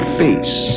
face